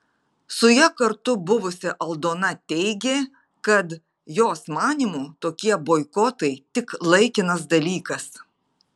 su ja kartu buvusi aldona teigė kad jos manymu tokie boikotai tik laikinas dalykas